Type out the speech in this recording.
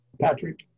Patrick